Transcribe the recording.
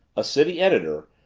a city editor,